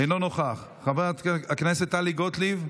אינו נוכח, חברת הכנסת טלי גוטליב,